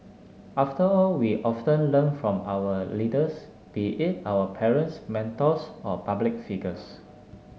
after all we often learn from our leaders be it our parents mentors or public figures